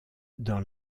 dans